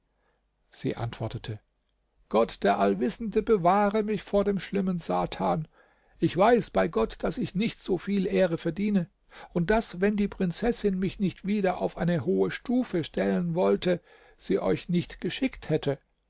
sie antwortete gott der allwissende bewahre mich vor dem schlimmen satan ich weiß bei gott daß ich nicht so viele ehre verdiene und daß wenn die prinzessin mich nicht wieder auf eine hohe stufe stellen wollte sie euch nicht geschickt hätte